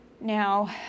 Now